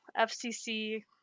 FCC